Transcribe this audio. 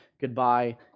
goodbye